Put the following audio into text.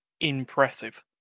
impressive